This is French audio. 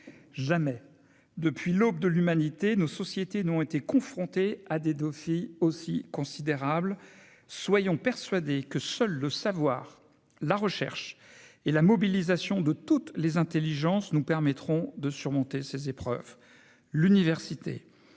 jamais depuis l'aube de l'humanité, nos sociétés n'ont été confrontés à des Dauphy aussi considérable, soyons persuadés que seul le savoir, la recherche et la mobilisation de toutes les intelligences nous permettront de surmonter ces épreuves l'université